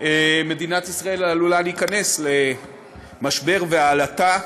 מדינת ישראל עלולה להיכנס למשבר ועלטה,